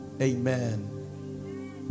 amen